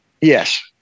Yes